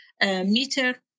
meter